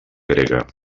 grega